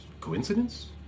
Coincidence